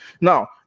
Now